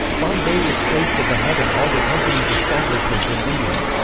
bombay was placed at the head of all the company's establishments in india.